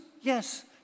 Yes